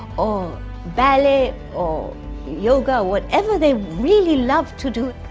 or ballet or yoga, whatever they really love to do.